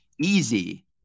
easy